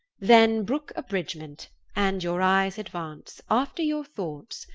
then brooke abridgement, and your eyes aduance, after your thoughts,